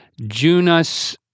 Junas